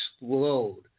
explode